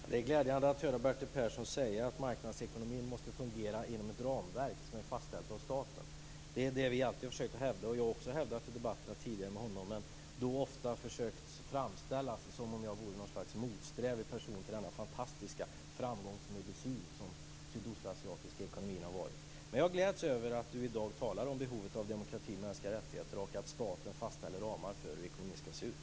Fru talman! Det är glädjande att höra Bertil Persson säga att marknadsekonomin måste fungera inom ett ramverk som är fastställt av staten. Det är det vi alltid har hävdat och det jag har hävdat i tidigare debatter med honom. Men då har jag framställts som en motsträvig person till den fantastiska framgångsmedicin som den sydostasiatiska ekonomin har varit. Jag gläds över att Bertil Persson i dag talar om behovet av demokrati och mänskliga rättigheter och att staten fastställer ramar för hur ekonomin skall se ut.